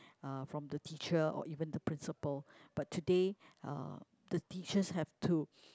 uh from the teacher or even the principal but today uh the teachers have to